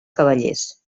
cavallers